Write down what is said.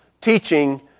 teaching